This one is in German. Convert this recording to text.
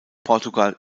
portugal